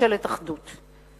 ממשלת אחדות.